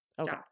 Okay